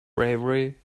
bravery